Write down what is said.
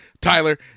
Tyler